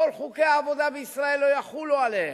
כל חוקי העבודה בישראל לא יחולו עליהם.